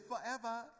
forever